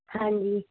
ਹਾਂਜੀ